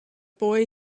boy